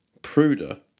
pruder